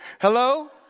Hello